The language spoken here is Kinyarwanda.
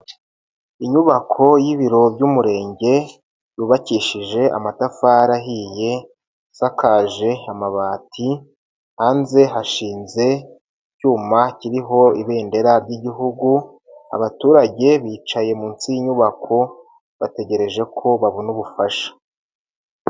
Inyubako y'ibiro by'umurenge yubakishije amatafari ahiye, asakaje amabati, hanze hashinze icyuma kiriho ibendera ry'igihugu, abaturage bicaye munsi y'inyubako bategereje ko babona ubufasha.